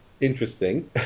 interesting